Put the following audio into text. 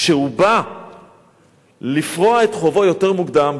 כשהוא בא לפרוע את חובו יותר מוקדם,